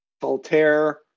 voltaire